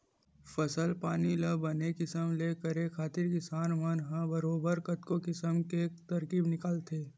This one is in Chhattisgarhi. फसल पानी ल बने किसम ले करे खातिर किसान मन ह बरोबर कतको किसम के तरकीब निकालथे